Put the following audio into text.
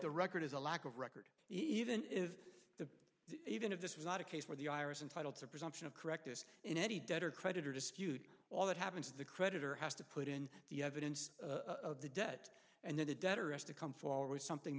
the record is a lack of record even if even if this was not a case where the iris entitled to a presumption of correctness in any debtor creditor dispute all that happens is the creditor has to put in the evidence of the debt and then the debtor s to come forward something